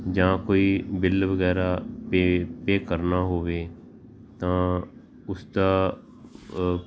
ਜਾਂ ਕੋਈ ਬਿੱਲ ਵਗੈਰਾ ਪੇ ਪੇ ਕਰਨਾ ਹੋਵੇ ਤਾਂ ਉਸਦਾ